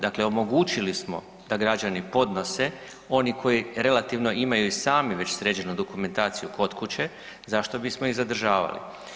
Dakle, omogućili smo da građani podnose oni koji relativno imaju i sami već sređenu dokumentaciju kod kuće zašto bismo ih zadržavali?